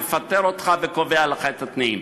מפטר אותך וקובע לך את התנאים,